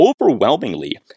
overwhelmingly